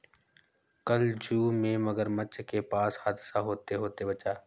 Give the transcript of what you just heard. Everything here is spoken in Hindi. कल जू में मगरमच्छ के पास हादसा होते होते बचा